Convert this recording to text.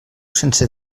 sense